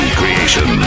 creation